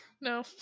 No